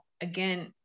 again